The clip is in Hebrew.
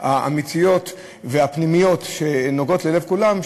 האמיתיות והפנימיות שנוגעות ללב כולם,